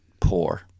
Poor